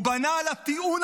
מה הוא יעשה, אדון מיקי